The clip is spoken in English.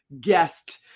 guest